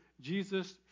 Jesus